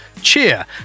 cheer